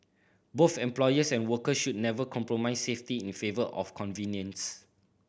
both employers and workers should never compromise safety in favour of convenience